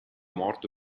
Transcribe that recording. morto